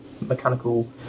mechanical